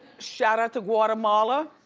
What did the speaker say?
shout out to guatemala.